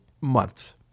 months